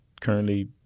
currently